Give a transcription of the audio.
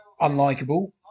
unlikable